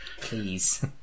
please